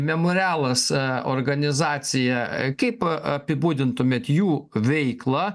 memorialas organizacija kaip apibūdintumėt jų veiklą